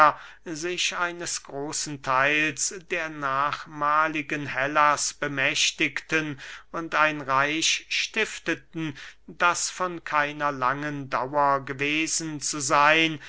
sich eines großen theils der nachmahligen hellas bemächtigten und ein reich stifteten das von keiner langen dauer gewesen zu seyn